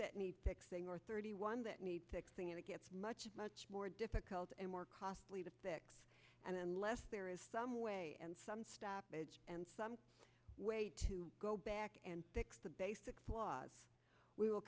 that need fixing or thirty one that need fixing it gets much much more difficult and more costly to fix and unless there is some way and some stoppage and some way to go back and fix the basic flaws we will